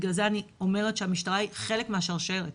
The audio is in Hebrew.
בגלל זה אני אומרת שהמשטרה היא חלק מהשרשרת